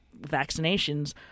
vaccinations